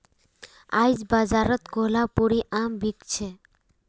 आईज बाजारत कोहलापुरी आम बिक छ